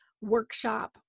workshop